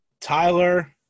Tyler